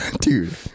dude